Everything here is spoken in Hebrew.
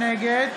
נגד